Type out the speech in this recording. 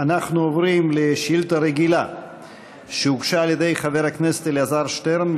אנחנו עוברים לשאילתה רגילה שהוגשה על ידי חבר הכנסת אלעזר שטרן.